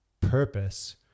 purpose